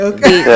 Okay